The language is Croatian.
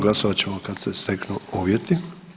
Glasovat ćemo kad se steknu uvjeti.